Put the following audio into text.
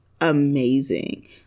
amazing